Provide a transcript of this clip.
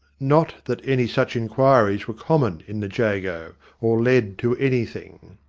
not that any such inquiries were common in the jago, or led to anything.